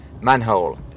manhole